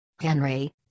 Henry